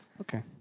okay